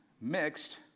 mixed